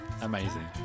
Amazing